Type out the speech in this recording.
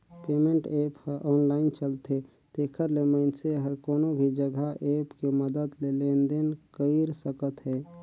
payment app ह online चलथे तेखर ले मइनसे हर कोनो भी जघा ऐप के मदद ले लेन देन कइर सकत हे